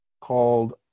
called